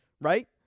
Right